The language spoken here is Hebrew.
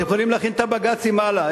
אתם יכולים להכין את הבג"צים הלאה.